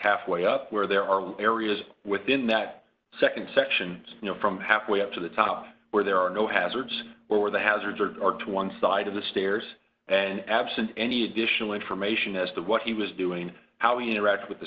halfway up where there are areas within that nd section from half way up to the top where there are no hazards or where the hazards are or to one side of the stairs and absent any additional information as to what he was doing how we interact with the